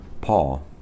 Paul